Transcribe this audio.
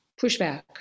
pushback